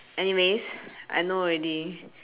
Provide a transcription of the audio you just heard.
anyways I know already